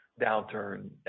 downturn